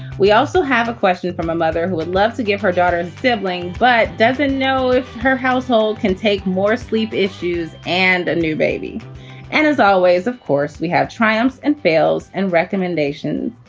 we also have a question from a mother who would love to give her daughter a sibling but doesn't know if her household can take more sleep issues and a new baby and as always, of course, we have triumphs and fables and recommendations.